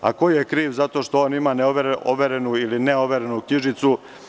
A ko je kriv za to što on ima overenu ili neoverenu knjižicu?